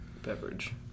beverage